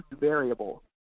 variable